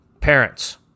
parents